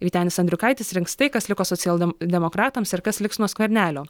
vytenis andriukaitis rinks tai kas liko socialdem demokratams ir kas liks nuo skvernelio